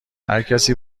هرکسی